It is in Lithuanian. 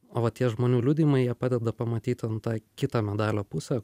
o va tie žmonių liudijimai jie padeda pamatyti ten tą kitą medalio pusę